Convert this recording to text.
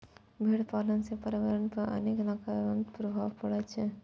भेड़ पालन सं पर्यावरण पर अनेक नकारात्मक प्रभाव पड़ै छै